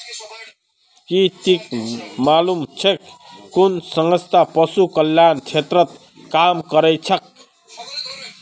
की तोक मालूम छोक कुन संस्था पशु कल्याण क्षेत्रत काम करछेक